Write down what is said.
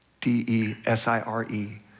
D-E-S-I-R-E